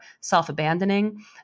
self-abandoning